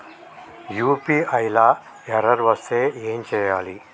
UPI లా error వస్తే ఏం చేయాలి?